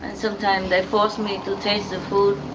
and sometimes they force me to taste the food.